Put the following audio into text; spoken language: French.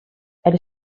elle